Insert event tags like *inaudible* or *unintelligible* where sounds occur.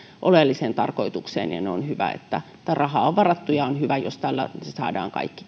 oleelliseen tarkoitukseen on hyvä että rahaa on varattu ja on hyvä jos tällä saadaan kaikki *unintelligible*